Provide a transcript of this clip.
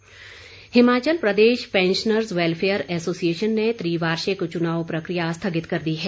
pensioners Himachal Pradesh pensioners welfare association ने त्रिवार्षिक चुनाव प्रक्रिया स्थगित कर दी है